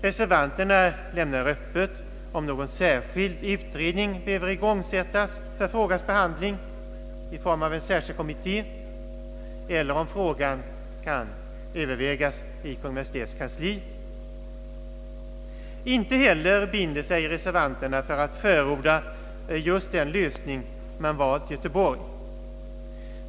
Reservanterna lämnar öppet om någon särskild utredning behöver igångsättas för frågans behandling i form av en särskild kommitté eller om frågan kan övervägas i Kungl. Maj:ts kansli. Inte heller binder sig reservanterna för att förorda just den lösning man har valt i Göteborg.